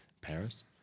Paris